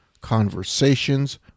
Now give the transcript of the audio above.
conversations